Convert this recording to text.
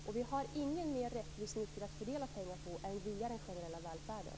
Och vi har ingen mer rättvis nyckel för att fördela pengarna än via den generella välfärden.